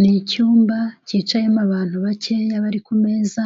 Ni icyumba cyicayemo abantu bakeya bari ku meza,